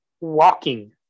walking